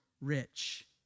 rich